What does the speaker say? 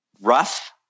rough